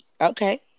Okay